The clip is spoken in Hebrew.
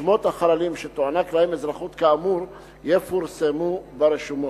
שמות החללים שתוענק להם אזרחות כאמור יפורסמו ברשומות.